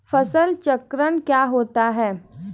फसल चक्रण क्या होता है?